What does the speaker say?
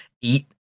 eat